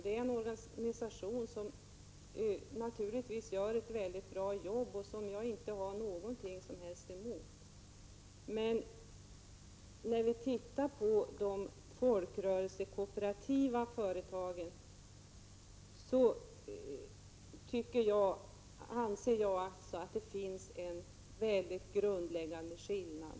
Den gör naturligtvis ett mycket bra arbete, och jag har ingenting emot den. Men när vi tittar på de folkrörelsekooperativa företagen, tycker jag att det finns en mycket grundläggande skillnad.